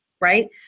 right